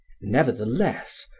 Nevertheless